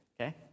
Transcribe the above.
okay